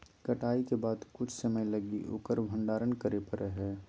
कटाई के बाद कुछ समय लगी उकर भंडारण करे परैय हइ